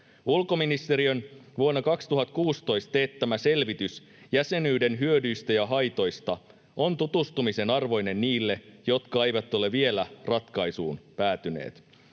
Ulkoministeriön vuonna 2016 teettämä selvitys jäsenyyden hyödyistä ja haitoista on tutustumisen arvoinen niille, jotka eivät ole vielä ratkaisuun päätyneet.